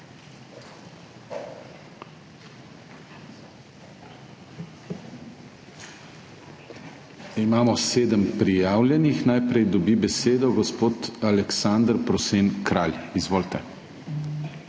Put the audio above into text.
Imamo sedem prijavljenih. Najprej dobi besedo gospod Aleksander Prosen Kralj, izvolite.